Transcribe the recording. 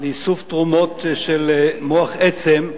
לאיסוף תרומות של מוח עצם,